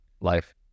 life